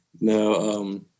No